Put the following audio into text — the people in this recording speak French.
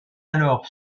alors